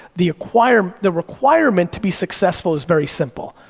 the requirement the requirement to be successful is very simple.